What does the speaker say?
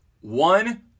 One